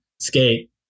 skate